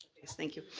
yes, thank you.